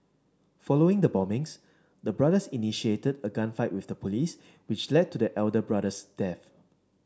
following the bombings the brothers initiated a gunfight with the police which led to the elder brother's death